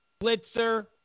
Blitzer